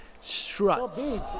Struts